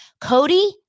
Cody